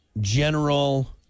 General